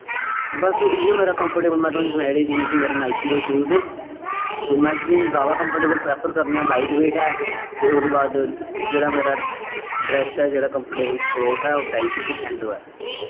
ते बस इयो मेरा कंफ्टेवल जेह्ड़े में तुसेंगी सनाई ओड़ेआ कि मेरे नाईकी दे शूज़ जोमैक्स दे जैदा कंफ्टेवल प्रैफर करने आं लाईट बेट ऐ ते ओह्दे बाद जेह्ड़ा मेरा ड्रैस ऐ जेह्ड़ा कंफ्टेवल कलॉथ ऐ ओह् टाईटी ते सैंडो ऐ